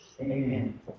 Amen